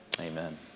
Amen